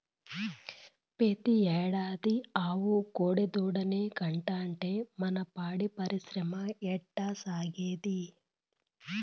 పెతీ ఏడాది ఆవు కోడెదూడనే కంటాంటే మన పాడి పరిశ్రమ ఎట్టాసాగేది